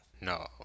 No